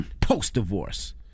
post-divorce